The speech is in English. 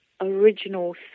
original